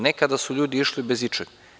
Nekada su ljudi išli bez ičega.